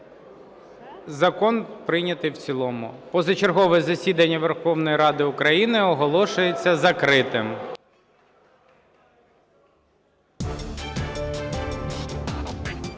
Закон прийнятий в цілому. Позачергове засідання Верховної Ради України оголошується закритим.